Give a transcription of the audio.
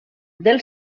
del